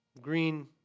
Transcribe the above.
Green